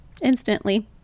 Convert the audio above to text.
instantly